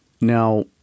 Now